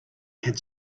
had